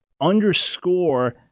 underscore